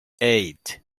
eight